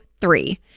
three